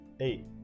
Eight